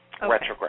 retrograde